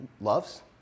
loves